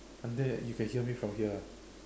until that you can hear my from here ah